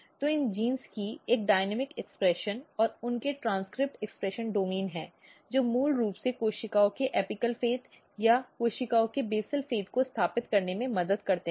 तो इन जीनों की एक गतिशील अभिव्यक्ति और उनके ट्रेन्स्क्रिप्ट अभिव्यक्ति डोमेन है जो मूल रूप से कोशिकाओं के एपिकॅल फेट या कोशिकाओं के बेसल फेट को स्थापित करने में मदद करता है